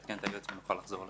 נעדכן את היועץ ונוכל לחזור אליכם.